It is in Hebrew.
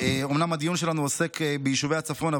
אומנם הדיון שלנו עוסק ביישובי הצפון,